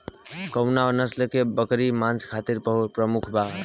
कउन नस्ल के बकरी मांस खातिर प्रमुख होले?